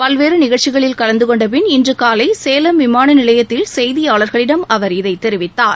பல்வேறு நிகழ்ச்சிகளில் கலந்துகொண்ட பின் இன்று காலை சேலம் விமான நிலையத்தில் செய்தியாளர்களிடம் அவர் இதை தெரிவித்தார்